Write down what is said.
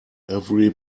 every